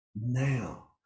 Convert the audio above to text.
now